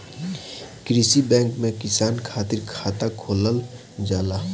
कृषि बैंक में किसान खातिर खाता खोलल जाला